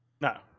No